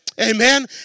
amen